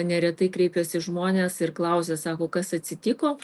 neretai kreipiasi žmonės ir klausia sako kas atsitiko